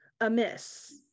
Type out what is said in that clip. amiss